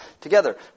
together